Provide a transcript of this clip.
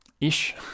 ish